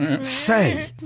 say